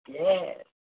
yes